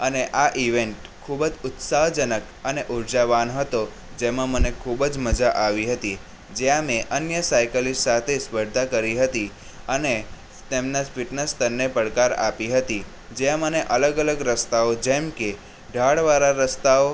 અને આ ઇવેન્ટ્ ખૂબ જ ઉત્સાહજનક અને ઊર્જાવાન હતો જેમાં મને ખૂબ જ મજા આવી હતી જ્યાં મેં અન્ય સાઈકલિસ્ટ સાથે સ્પર્ધા કરી હતી અને તેમના ફિટનેસ સ્તરને પડકાર આપી હતી જ્યાં મને અલગ અલગ રસ્તાઓ જેમ કે ઢાળવાળા રસ્તાઓ